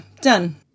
done